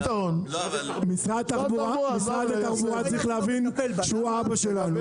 משרד התחבורה צריך להבין שהוא האבא שלנו,